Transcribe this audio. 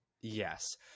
yes